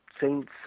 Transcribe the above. saints